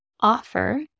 offer